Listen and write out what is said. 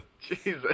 Jesus